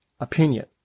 opinion